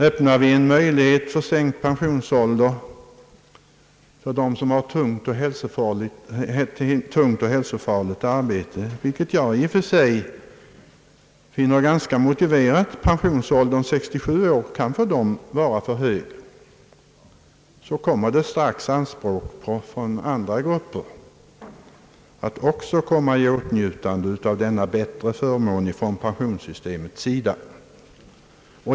Öppnar vi en möjlighet till sänkt pensionsålder för dem som har tungt och hälsofarligt arbete — vilket jag i och för sig finner ganska motiverat, eftersom pensionsåldern 67 år för dessa grupper kan vara för hög — reses strax anspråk från andra grupper att också de vill komma i åtnjutande av denna bättre förmån inom pensionssystemei.